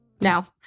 Now